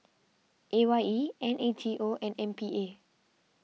A Y E N A T O and M P A